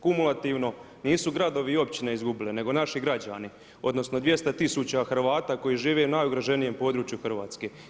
Kumulativno, nisu gradovi i općine izgubile, nego naši građani, odnosno 200 000 Hrvata koji žive u najugroženijem području Hrvatske.